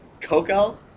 Coco